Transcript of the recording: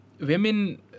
women